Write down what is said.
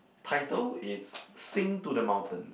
title it's sing to the mountains